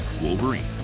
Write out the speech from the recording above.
wolverine.